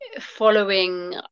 following